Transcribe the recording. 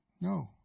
No